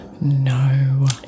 No